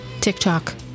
tiktok